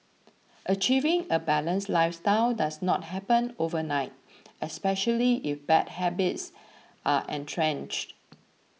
achieving a balanced lifestyle does not happen overnight especially if bad habits are entrenched